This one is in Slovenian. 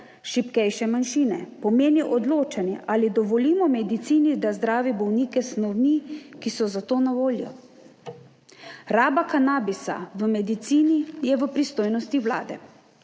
šibkejše manjšine, pomeni odločanje, ali dovolimo medicini, da zdravi bolnike s snovmi, ki so za to na voljo. Raba kanabisa v medicini je v pristojnosti Vlade,